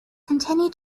continue